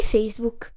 Facebook